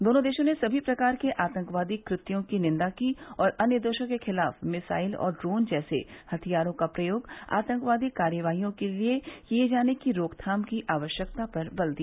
दोनों देशों ने समी प्रकार के आतंकवादी कृत्यों की निन्दा की और अन्य देशों के खिलाफ मिसाइल और ड्रोन जैसे हथियारों का प्रयोग आतंकवादी कार्यवाहियों के लिए किए जाने की रोकथाम की आवश्यकता पर बल दिया